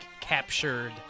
captured